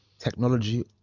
technology